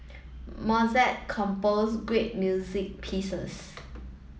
Mozart composed great music pieces